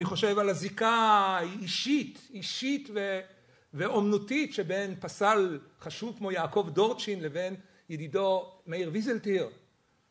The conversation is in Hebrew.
אני חושב על הזיקה האישית אישית ואומנותית שבין פסל חשוב כמו יעקב דורצ'ין לבין ידידו מאיר ויזלטיר